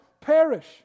perish